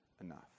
enough